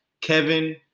Kevin